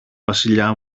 βασιλιά